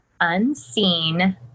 Unseen